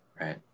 right